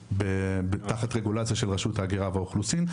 תחת רגולציה של רשות ההגירה והאוכלוסין,